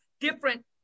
different